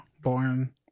born